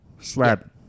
Slab